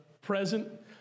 present